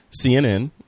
CNN